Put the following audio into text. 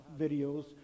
videos